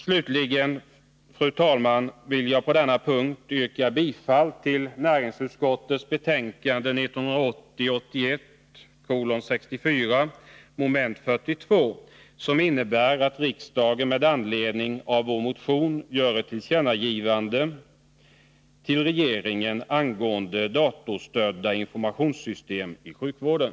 Slutligen, fru talman, vill jag på denna punkt yrka bifall till näringsutskottets betänkande 1980/81:64, mom. 42, som innebär att riksdagen med anledning av vår motion gör ett tillkännagivande till regeringen angående datorstödda informationssystem inom sjukvården.